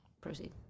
Proceed